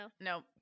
Nope